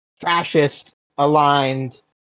fascist-aligned